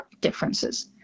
differences